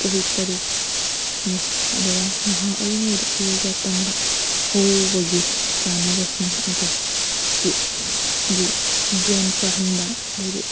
ꯆꯍꯤ ꯇꯔꯨꯛ ꯅꯤ ꯑꯗꯨꯒ ꯅꯍꯥ ꯑꯣꯏꯔꯤꯉꯩꯗ ꯌꯣꯒꯥ ꯇꯝꯕ ꯍꯧꯕꯒꯤ ꯀꯥꯟꯅꯕꯁꯤꯡ ꯑꯗꯣ ꯗꯤ ꯍꯥꯏꯗꯤ ꯕ꯭ꯔꯦꯟ ꯐꯍꯟꯕ ꯑꯗꯩꯗꯤ